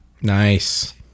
Nice